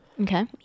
Okay